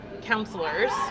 counselors